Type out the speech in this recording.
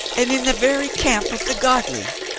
and in the very camp of the godly!